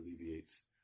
alleviates